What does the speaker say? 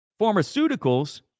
pharmaceuticals